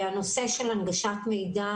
הנושא של הנגשת מידע.